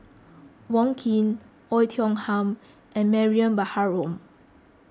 Wong Keen Oei Tiong Ham and Mariam Baharom